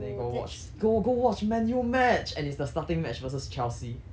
then he got watch go go watch man U match and it's the starting march versus chelsea